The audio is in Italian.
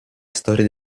storia